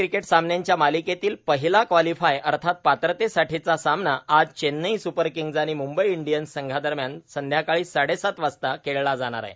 cricket सामन्यांच्या मालिकेतील पहिला क्वालिफाय अर्थात पात्रतेसाठीच्या सामना आज चेन्नई स्पर किंग्ज आणि म्ंबई इंडियन्स संघादरम्यान संध्याकाळी साडेसात वाजता खेळला जाणार आहे